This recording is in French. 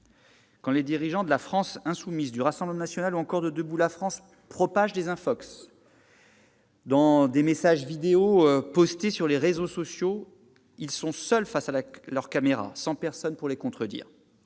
Quand les dirigeants de la France insoumise, du Rassemblement national ou encore de Debout la France ! propagent des « infox » dans des vidéos postées sur les réseaux sociaux, ils sont seuls face à leur caméra, sans personne pour les contredire.